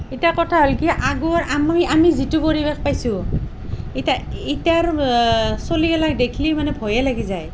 এতিয়া কথা হ'ল কি আগৰ আমি আমি যিটো পৰিৱেশ পাইছোঁ এতিয়া এতিয়াৰ চলি গিলাগ দেখলি মানে ভয়ে লাগি যায়